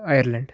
Ireland